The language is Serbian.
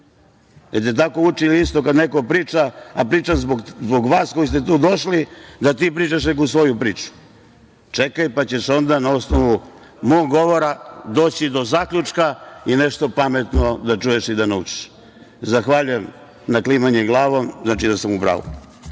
su te tako učili, kada neko priča, a priča zbog vas koji ste tu došli, da ti pričaš neku svoju priču? Čekaj, pa ćeš onda, na osnovu mog govora, doći do zaključka i nešto pametno da čuješ i da naučiš. Zahvaljujem na klimanje glavom. To znači da sam u